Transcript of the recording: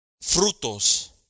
Frutos